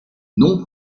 non